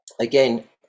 again